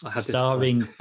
starring